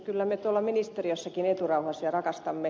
kyllä me tuolla ministeriössäkin eturauhasia rakastamme